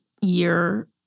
year